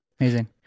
Amazing